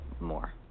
more